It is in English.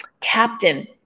captain